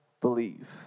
believe